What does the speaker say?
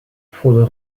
for